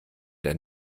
der